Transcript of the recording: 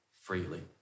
freely